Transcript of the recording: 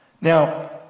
Now